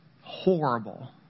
horrible